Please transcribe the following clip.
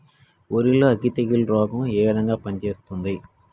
వరి లో అగ్గి తెగులు రోగం ఏ విధంగా కనిపిస్తుంది?